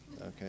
okay